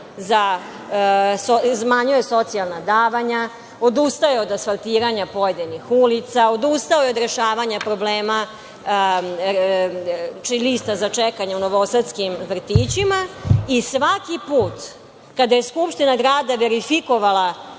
Umanjuje socijalna davanja, odustaju od asfaltiranja pojedinih ulica, odustao je od rešavanja problema lista za čekanje u novosadskim vrtićima i svaki put kada je Skupština grada verifikovala